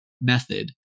method